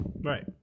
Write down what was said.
Right